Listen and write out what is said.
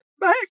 back